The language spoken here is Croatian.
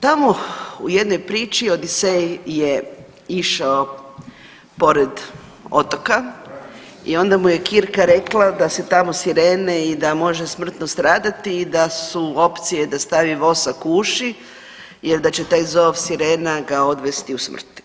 Tamo u jednoj priči Odisej je išao pored otoka i onda mu je Kirka rekla da su tamo sirene i da može smrtno stradati i da su opcije da stavi vosak u uši jer da će taj zov sirena ga odvesti u smrt.